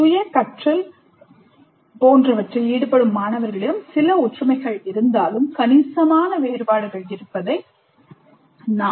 சுய கற்றல் போன்றவற்றில் ஈடுபடும் மாணவர்களிடம் சில ஒற்றுமைகள் இருந்தாலும் கணிசமான வேறுபாடுகள் இருப்பதை நாம் காணலாம்